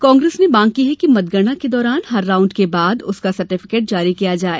कांग्रेस ने मांग की है कि मतगणना के दौरान हर राउंड के बाद उसका सर्टिफिकेट जारी किया जाए